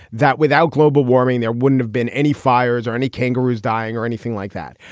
that without global warming, there wouldn't have been any fires or any kangaroos dying or anything like that.